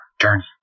journey